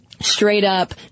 straight-up